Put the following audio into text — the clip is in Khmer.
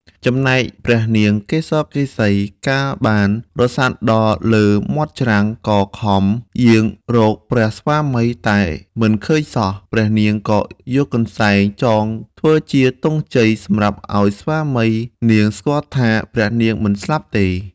ចំណែកព្រះនាងកេសកេសី កាលបានរសាត់ដល់លើមាត់ច្រាំង ក៏ខំយាងរកព្រះស្វាមីតែមិនឃើញសោះ ព្រះនាងក៏យកកន្សែងចងធ្វើជាទង់ជ័យសម្រាប់ឲ្យស្វាមីនាងស្គាល់ថា ព្រះនាងមិនស្លាប់ទេ។